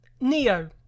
Neo